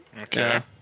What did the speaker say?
Okay